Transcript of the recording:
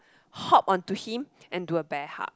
hop onto him and do a bear hug